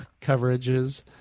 coverages